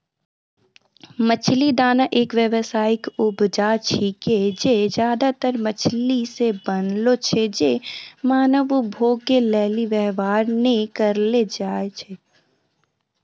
मछली दाना एक व्यावसायिक उपजा छिकै जे ज्यादातर मछली से बनलो छै जे मानव उपभोग के लेली वेवहार नै करलो जाय छै